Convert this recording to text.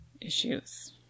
issues